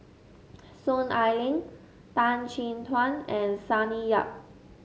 Soon Ai Ling Tan Chin Tuan and Sonny Yap